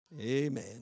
Amen